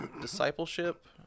Discipleship